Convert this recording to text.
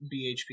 bhp